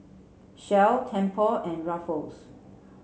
Shell Tempur and Ruffles